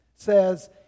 says